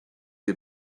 des